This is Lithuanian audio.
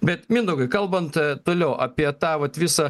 bet mindaugai kalbant a toliau apie tą vat visą